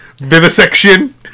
Vivisection